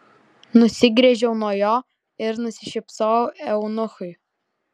nusigręžiau nuo jo ir nusišypsojau eunuchui